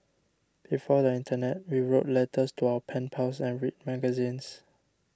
before the internet we wrote letters to our pen pals and read magazines